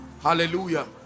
Hallelujah